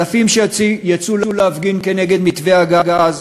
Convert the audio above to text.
אלפים שיצאו להפגין כנגד מתווה הגז,